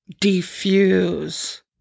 defuse